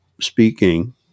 speaking